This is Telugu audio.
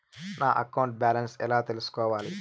నా అకౌంట్ బ్యాలెన్స్ ఎలా తెల్సుకోవాలి